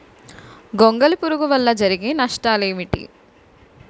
గొంగళి పురుగు వల్ల జరిగే నష్టాలేంటి?